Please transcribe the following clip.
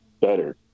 better